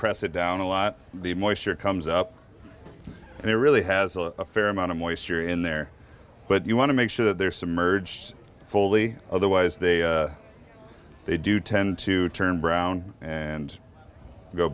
press it down a lot the moisture comes up and it really has a fair amount of moisture in there but you want to make sure that they're submerged fully otherwise they they do tend to turn brown and go